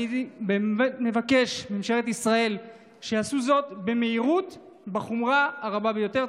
אני באמת מבקש מממשלת ישראל שיעשו זאת במהירות ובחומרה הרבה ביותר.